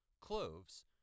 cloves